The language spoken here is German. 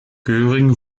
göring